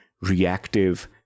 reactive